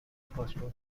پاسپورت